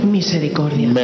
Misericordia